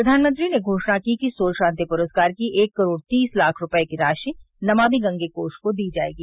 प्रधानमंत्री ने घोषणा की कि सोल शांति पुरस्कार की एक करोड़ तीस लाख रूपये की राशि नमामि गंगे कोष को दी जाएगी